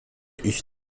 ich